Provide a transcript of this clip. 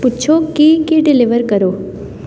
ਪੁੱਛੋ ਕਿ ਕੀ ਡਿਲੀਵਰ ਕਰੋ